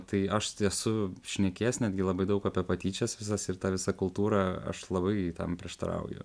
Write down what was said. tai aš esu šnekėjęs netgi labai daug apie patyčias visas ir tą visą kultūrą aš labai tam prieštarauju